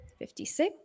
56